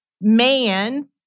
man-